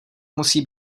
musí